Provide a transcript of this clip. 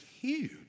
huge